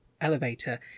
elevator